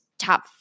top